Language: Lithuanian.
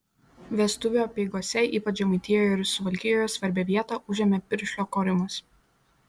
vestuvių apeigose ypač žemaitijoje ir suvalkijoje svarbią vietą užėmė piršlio korimas